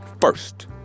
first